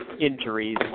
injuries